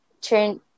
turn